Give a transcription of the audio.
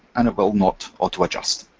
and it will not auto adjust.